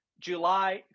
July